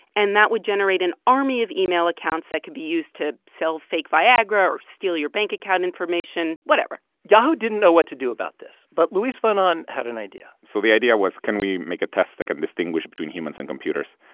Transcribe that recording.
and that would generate an army of email accounts that could be used to sell fake viagra or steal your bank account information whatever yahoo didn't know what to do about this, but luis von ahn had an idea so the idea was can we make a test that can distinguish between humans and computers,